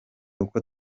uko